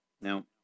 now